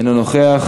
אינו נוכח,